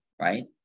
right